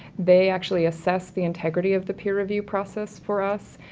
they actually assess the integrity of the peer review process for us.